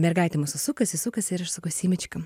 mergaitė mūsų sukasi sukasi ir aš sakau simačka